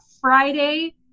Friday